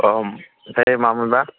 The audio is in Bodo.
औ आमफ्राय मामोनबा